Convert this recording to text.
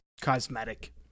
cosmetic